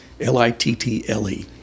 L-I-T-T-L-E